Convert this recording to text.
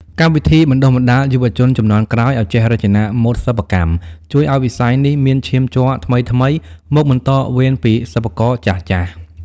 កម្មវិធីបណ្ដុះបណ្ដាលយុវជនជំនាន់ក្រោយឱ្យចេះរចនាម៉ូដសិប្បកម្ម ជួយឱ្យវិស័យនេះមានឈាមជ័រថ្មីៗមកបន្តវេនពីសិប្បករចាស់ៗ។